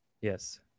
yes